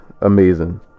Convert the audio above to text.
amazing